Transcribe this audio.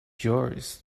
yours